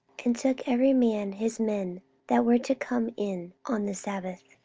and took every man his men that were to come in on the sabbath,